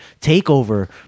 takeover